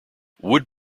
wood